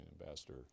Ambassador